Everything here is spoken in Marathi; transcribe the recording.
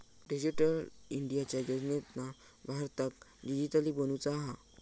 डिजिटल इंडियाच्या योजनेतना भारताक डीजिटली बनवुचा हा